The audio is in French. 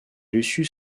lucius